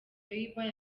bieber